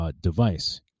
device